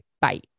Bye